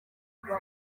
kugira